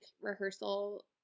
rehearsal